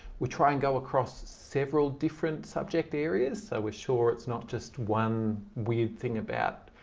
we try and go across several different subject areas so we're sure it's not just one weird thing about,